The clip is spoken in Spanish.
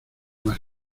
más